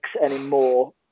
anymore